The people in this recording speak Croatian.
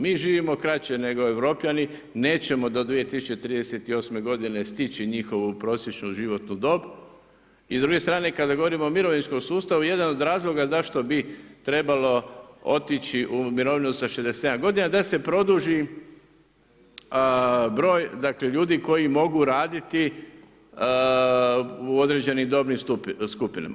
Mi živimo kraće nego Europljani, nećemo do 2038. godine stići njihovu prosječnu životnu dob i s druge strane, kada govorimo o mirovinskom sustavu, jedan od razloga zašto bi trebalo otići u mirovinu sa 67 godina da se produži broj ljudi koji mogu raditi u određenim dobnim skupinama.